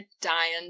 dying